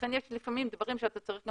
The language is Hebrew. לכן יש לפעמים דברים שאתה צריך גם